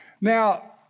Now